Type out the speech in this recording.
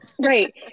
right